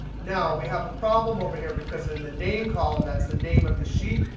now we have a problem over here because in the name column, that's the name of the sheet,